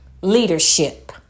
leadership